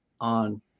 on